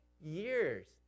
years